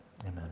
amen